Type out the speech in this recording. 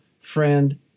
friend